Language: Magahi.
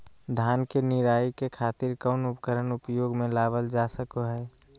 धान के निराई के खातिर कौन उपकरण उपयोग मे लावल जा सको हय?